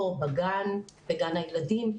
או בגן הילדים.